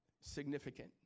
significant